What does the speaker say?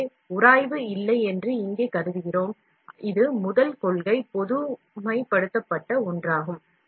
எனவே உராய்வு இல்லை என்று இங்கே கருதுகிறோம் இது முதல் கொள்கை மற்றும் இது ஒரு பொதுவானதாகும்